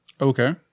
Okay